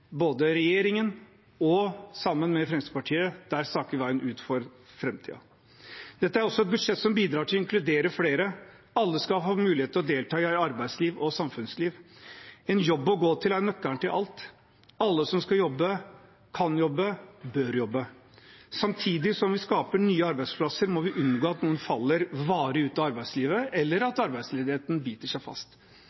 regjeringen sammen med Fremskrittspartiet ut kursen for framtiden. Dette er også et budsjett som bidrar til å inkludere flere. Alle skal få mulighet til å delta i arbeidsliv og samfunnsliv. En jobb å gå til er nøkkelen til alt. Alle som kan jobbe, bør jobbe. Samtidig som vi skaper nye arbeidsplasser, må vi unngå at noen faller varig ut av arbeidslivet, eller